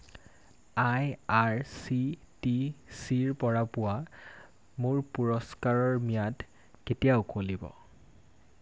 আই R C T C ৰপৰা পোৱা মোৰ পুৰস্কাৰৰ ম্যাদ কেতিয়া উকলিব